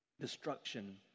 destruction